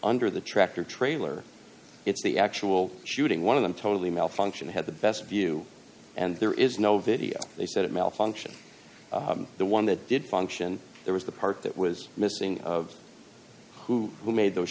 the tractor trailer it's the actual shooting one of them totally malfunction had the best view and there is no video they said it malfunction the one that did function there was the part that was missing of who who made those